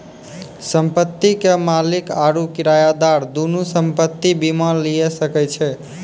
संपत्ति के मालिक आरु किरायादार दुनू संपत्ति बीमा लिये सकै छै